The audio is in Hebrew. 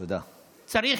תודה.